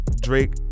Drake